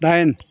दाइन